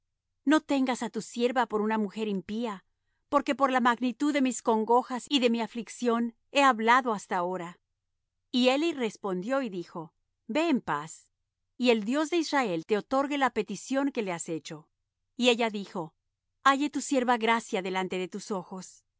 no tengas á tu sierva por una mujer impía porque por la magnitud de mis congojas y de mi aflicción he hablado hasta ahora y eli respondió y dijo ve en paz y el dios de israel te otorgue la petición que le has hecho y ella dijo halle tu sierva gracia delante de tus ojos